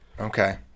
Okay